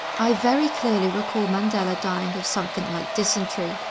i very clearly recall mandela dying of something like dysentery,